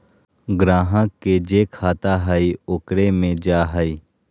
ग्राहक के जे खाता हइ ओकरे मे जा हइ